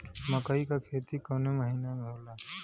मकई क खेती कवने महीना में होला?